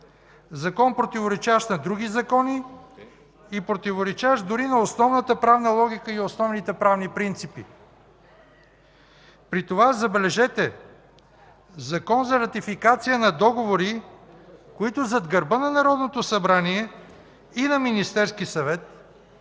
закон, противоречащ на други закони и противоречащ дори на основната правна логика и основните правни принципи, при това – забележете, Закон за ратификация на договори, които зад гърба на Народното събрание и на Министерския съвет